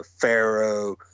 Pharaoh